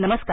नमस्कार